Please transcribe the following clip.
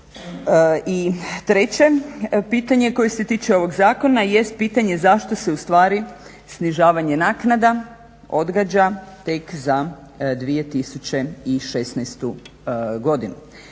I treće pitanje koje se tiče ovog zakona jest pitanje zašto se ustvari snižavanje naknada odgađa tek za 2016. godinu